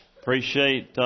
appreciate